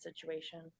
situation